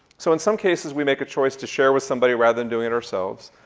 so in some cases, we make a choice to share with somebody rather than doing it ourselves.